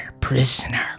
prisoner